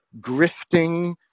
grifting